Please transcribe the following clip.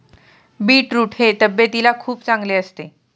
beetroot हे तब्येतीला खूप चांगले असते